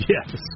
Yes